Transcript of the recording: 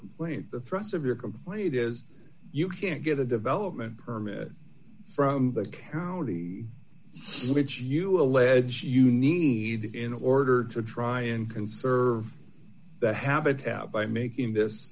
complaint the thrust of your complaint is that you can't get a development permit from the county in which you allege you need in order to try and conserve the habitat by making this